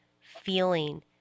feeling